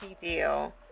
deal